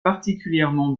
particulièrement